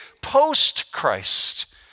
post-Christ